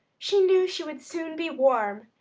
she knew she would soon be warm,